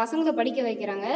பசங்க படிக்க வைக்கிறாங்க